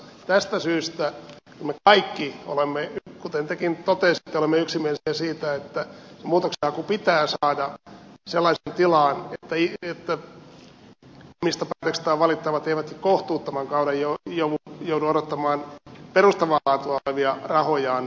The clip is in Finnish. tästä syystä me kaikki olemme kuten tekin totesitte yksimielisiä siitä että muutoksenhaku pitää saada sellaiseen tilaan että omista päätöksistään valittavat eivät kohtuuttoman kauan joudu odottamaan perustavaa laatua olevia rahojaan